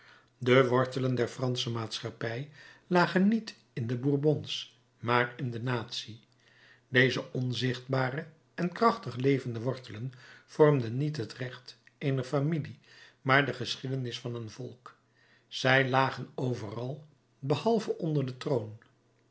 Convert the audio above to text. de wortelen der fransche maatschappij lagen niet in de bourbons maar in de natie deze onzichtbare en krachtig levende wortelen vormden niet het recht eener familie maar de geschiedenis van een volk zij lagen overal behalve onder den troon